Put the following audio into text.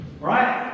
Right